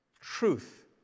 truth